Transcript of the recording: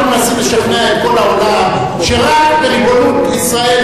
אנחנו מנסים לשכנע את כל העולם שרק בריבונות ישראל,